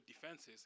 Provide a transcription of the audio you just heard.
defenses